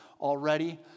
already